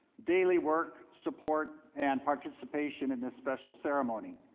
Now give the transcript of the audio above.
daily work, support and participation in this special ceremony.